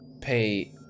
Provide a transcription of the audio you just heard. pay